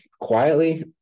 quietly